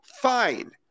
fine